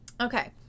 okay